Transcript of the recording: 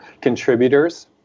contributors